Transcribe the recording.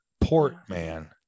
Portman